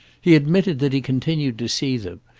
he admitted that he continued to see them,